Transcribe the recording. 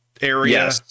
area